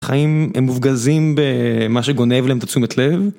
החיים הם מופגזים במה שגונב להם את תשומת לב.